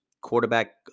quarterback